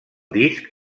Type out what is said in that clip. disc